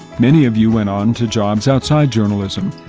many of you went on to jobs outside journalism,